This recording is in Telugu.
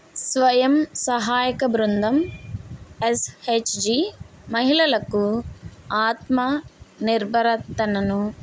స్వయం సహాయక బృందం ఎస్హెచ్జి మహిళలకు ఆత్మ నిర్బరతనను